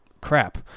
crap